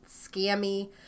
scammy